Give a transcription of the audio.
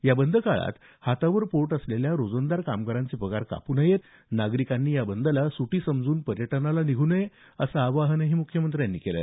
या बंद काळात हातावर पोट असलेल्या रोजंदार कामगारांचे पगार कापू नयेत नागरिकांनी या बंदला सुटी समजून पर्यटनाला निघू नये असं आवाहनही मुख्यमंत्र्यांनी केलं